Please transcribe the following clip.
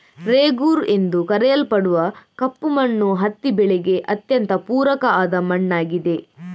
ರೇಗೂರ್ ಎಂದು ಕರೆಯಲ್ಪಡುವ ಕಪ್ಪು ಮಣ್ಣು ಹತ್ತಿ ಬೆಳೆಗೆ ಅತ್ಯಂತ ಪೂರಕ ಆದ ಮಣ್ಣಾಗಿದೆ